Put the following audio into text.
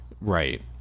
Right